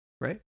Right